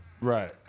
Right